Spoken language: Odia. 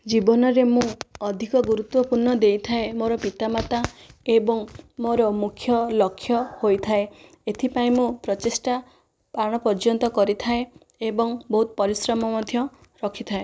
ଜୀବନରେ ମୁଁ ଅଧିକ ଗୁରୁତ୍ବପୂର୍ଣ୍ଣ ଦେଇଥାଏ ମୋ'ର ପିତାମାତା ଏବଂ ମୋ'ର ମୁଖ୍ୟ ଲକ୍ଷ ହୋଇଥାଏ ଏଥିପାଇଁ ମୋ' ପ୍ରଚେଷ୍ଟା ପ୍ରାଣ ପର୍ଯ୍ୟନ୍ତ କରିଥାଏ ଏବଂ ବହୁତ ପରିଶ୍ରମ ମଧ୍ୟ ରଖିଥାଏ